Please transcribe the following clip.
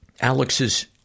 Alex's